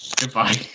Goodbye